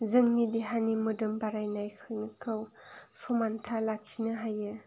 जोंनि देहानि मोदोम बारानायखिनिखौ समानथा लाखिनो हायो